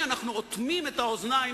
0:6. פעם "מכבי חיפה" ניצחה את "מכבי תל-אביב"